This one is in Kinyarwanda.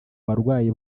barwayi